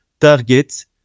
target